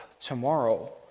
tomorrow